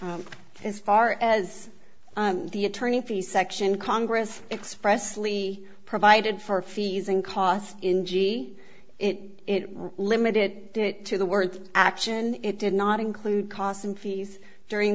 played as far as the attorney fees section congress expressly provided for fees and costs in g e it was limited to the word action it did not include costs and fees during